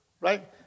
right